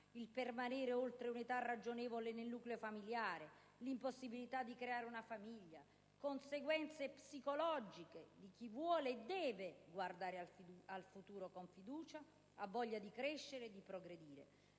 al permanere oltre un'età ragionevole nel nucleo familiare, all'impossibilità di crearsi una famiglia, oltre alle conseguenze psicologiche di chi vuole e deve guardare al futuro con fiducia, ha voglia di crescere e di progredire.